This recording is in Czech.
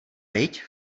viď